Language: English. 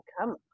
come